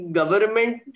government